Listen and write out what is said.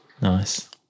Nice